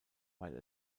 weil